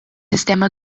sistema